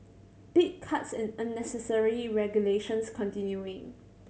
big cuts in unnecessary regulations continuing